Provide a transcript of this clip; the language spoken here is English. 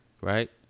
Right